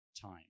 time